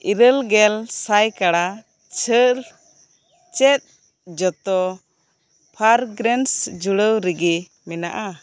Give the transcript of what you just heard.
ᱤᱨᱟᱹᱞᱜᱮᱞ ᱥᱟᱭᱠᱟᱲᱟ ᱪᱷᱟᱹᱲ ᱪᱮᱫ ᱡᱚᱛᱚ ᱯᱷᱟᱨᱜᱨᱮᱱᱥ ᱡᱩᱲᱟᱹᱣ ᱨᱮᱜᱮ ᱢᱮᱱᱟᱜ ᱟ